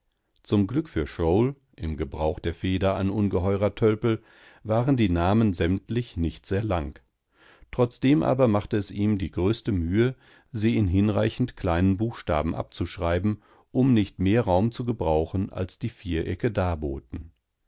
zum glück für shrowl im gebrauch der feder ein ungeheurer tölpel waren die namen sämtlich nicht sehr lang trotzdem aber machte es ihm die größte mühe sie in hinreichend kleinen buchstaben abzuschreiben um nicht mehr raum zu gebrauchen als die viereckedarboten ein